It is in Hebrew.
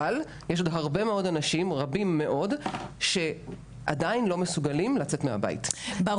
אבל יש אנשים רבים מאוד שעדיין לא מסוגלים לצאת מהבית,